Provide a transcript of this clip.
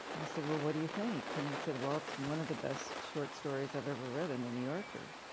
i said, well, what do you think? and he said, well, it's one of the best short stories i ever read in the new yorker.